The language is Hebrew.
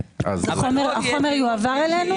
החומר יועבר אלינו?